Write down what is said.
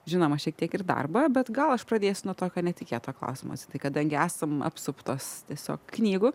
žinoma šiek tiek ir darbą bet gal aš pradėsiu nuo tokio netikėto klausimo zitai kadangi esam apsuptos tiesiog knygų